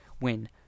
win